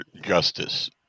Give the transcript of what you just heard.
justice